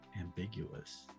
ambiguous